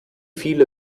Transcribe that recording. viele